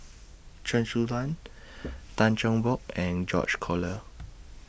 Chen Su Lan Tan Cheng Bock and George Collyer